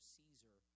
Caesar